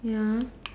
ya